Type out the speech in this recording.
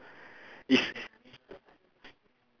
is